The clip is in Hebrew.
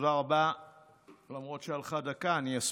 תודה רבה, למרות שהלכה דקה, אני אספיק.